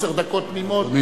עשר דקות תמימות.